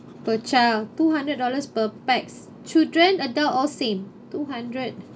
per child two hundred dollars per pax children adult all same two hundred